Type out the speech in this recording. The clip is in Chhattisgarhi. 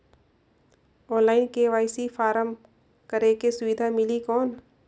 ऑनलाइन के.वाई.सी फारम करेके सुविधा मिली कौन?